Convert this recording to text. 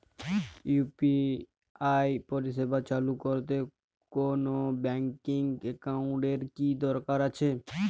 UPI পরিষেবা চালু করতে কোন ব্যকিং একাউন্ট এর কি দরকার আছে?